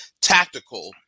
tactical